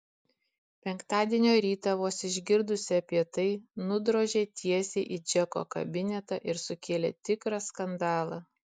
penktadienio rytą vos išgirdusi apie tai nudrožė tiesiai į džeko kabinetą ir sukėlė tikrą skandalą